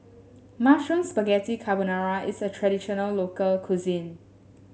Mushroom Spaghetti Carbonara is a traditional local cuisine